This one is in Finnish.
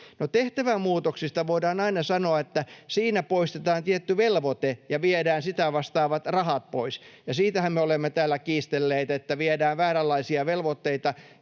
tehtävämuutoksista voidaan aina sanoa, että niissä poistetaan tietty velvoite ja viedään sitä vastaavat rahat pois, ja siitähän me olemme täällä kiistelleet, että viedään vääränlaisia velvoitteita.